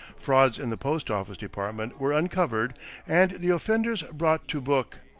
frauds in the post-office department were uncovered and the offenders brought to book.